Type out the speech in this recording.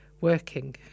working